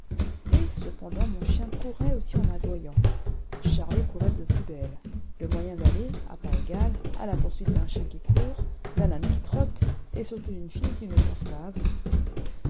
et cependant mon chien courait aussi en aboyant charlot courait de plus belle le moyen d'aller à pas égal à la poursuite d'un chien qui court d'un âne qui trotte et surtout d'une fille qui ne pense pas à vous